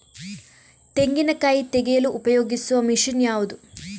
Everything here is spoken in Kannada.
ತೆಂಗಿನಕಾಯಿ ತೆಗೆಯಲು ಉಪಯೋಗಿಸುವ ಮಷೀನ್ ಯಾವುದು?